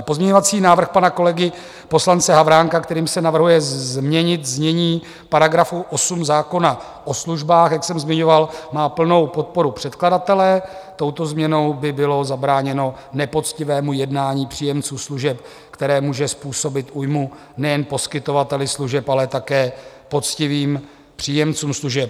Pozměňovací návrh pana kolegy poslance Havránka, kterým se navrhuje změnit znění § 8 zákona o službách, jak jsem zmiňoval, má plnou podporu předkladatele, touto změnou by bylo zabráněno nepoctivému jednání příjemců služeb, které může způsobit újmu nejen poskytovateli služeb, ale také poctivým příjemcům služeb.